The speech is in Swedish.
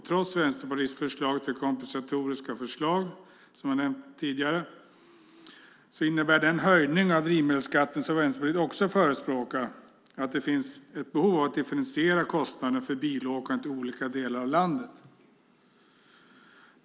Trots Vänsterpartiets förslag till kompensatoriska åtgärder innebär, som jag tidigare nämnt, den höjning av drivmedelsskatterna som också Vänsterpartiet förespråkar att det finns ett behov att differentiera kostnaden för bilåkande i olika delar av landet.